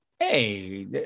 Hey